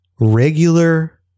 regular